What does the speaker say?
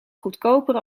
goedkopere